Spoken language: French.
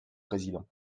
président